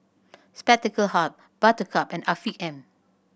Spectacle Hut Buttercup and Afiq M